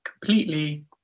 completely